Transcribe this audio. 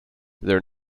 their